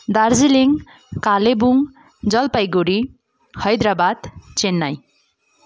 Darjeeling Kalimpong Jalpaiguri Hyderabad Chennai